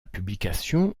publication